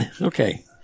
Okay